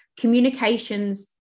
communications